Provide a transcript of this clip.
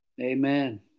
Amen